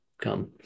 come